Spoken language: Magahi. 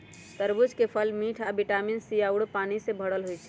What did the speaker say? तरबूज के फल मिठ आ विटामिन सी आउरो पानी से भरल होई छई